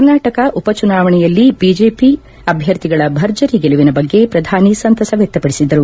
ಕರ್ನಾಟಕ ಉಪಚುನಾವಣೆಯಲ್ಲಿ ಬಿಜೆಪಿ ಅಭ್ಯರ್ಥಿಗಳ ಭರ್ಜರಿ ಗೆಲುವಿನ ಬಗ್ಗೆ ಪ್ರಧಾನಿ ಸಂತಸ ವ್ಯಕ್ತಪಡಿಸಿದರು